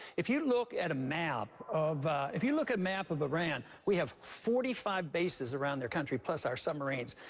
if you look at a map of if you look at a map of iran, we have forty five bases around their country, plus our submarines.